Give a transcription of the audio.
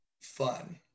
fun